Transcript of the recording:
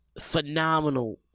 phenomenal